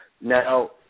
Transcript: Now